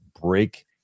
break